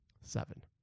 Seven